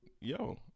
yo